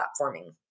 platforming